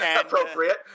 Appropriate